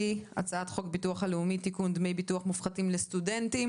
בעניין הצעת חוק הביטוח הלאומי (תיקון - דמי ביטוח מופחתים לסטודנטים),